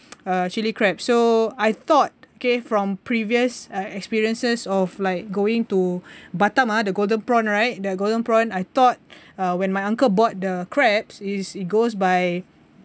uh chili crab so I thought okay from previous uh experiences of like going to batam ah the golden prawn right the golden prawn I thought uh when my uncle bought the crabs is it goes by